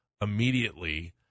immediately